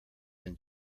than